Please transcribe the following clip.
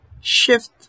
shift